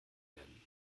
werden